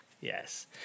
Yes